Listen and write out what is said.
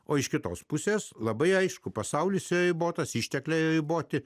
o iš kitos pusės labai aišku pasaulis ribotas ištekliai riboti